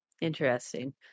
Interesting